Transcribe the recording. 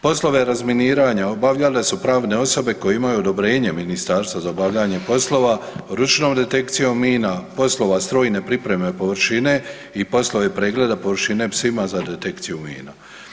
Poslove razminiranja obavljale su pravne osobe koje imaju odobrenje ministarstva za obavljanje poslova ručnom detekcijom mina, poslova strojne pripreme površine i poslove pregleda površine psima za detekciju mina.